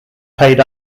paid